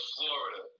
Florida